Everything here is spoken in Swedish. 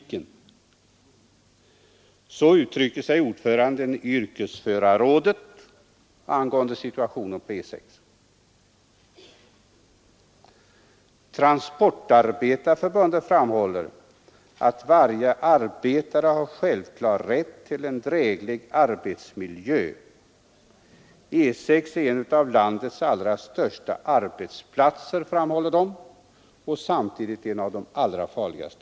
ken.” Så uttrycker sig ordföranden i Yrkesförarrådet om situationen på E 6. Transportarbetareförbundet framhåller att varje arbetare har självklar rätt till en dräglig arbetsmiljö.